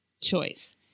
choice